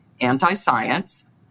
anti-science